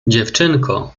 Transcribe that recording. dziewczynko